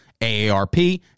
AARP